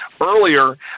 earlier